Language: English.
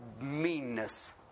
meanness